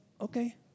okay